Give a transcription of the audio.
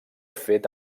fet